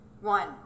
One